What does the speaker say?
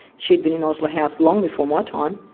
she'd been in osler house long before my time,